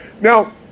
Now